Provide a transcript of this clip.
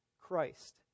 Christ